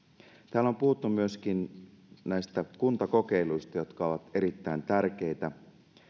täällä on puhuttu myöskin näistä kuntakokeiluista jotka ovat erittäin tärkeitä